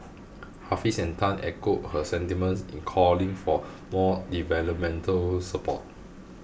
Hafiz and Tan echoed her sentiments in calling for more developmental support